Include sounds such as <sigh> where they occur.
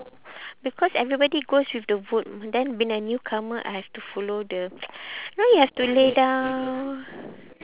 because everybody goes with the vote then being a newcomer I have to follow the <noise> you know you have to lay down